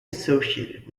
associated